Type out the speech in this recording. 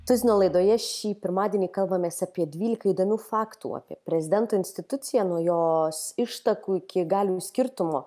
tuzino laidoje šį pirmadienį kalbamės apie dvylika įdomių faktų apie prezidento instituciją nuo jos ištakų iki galimų skirtumų